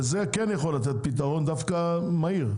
וזה כן יכול לתת פתרון דווקא מהיר.